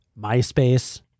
MySpace